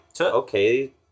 okay